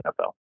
NFL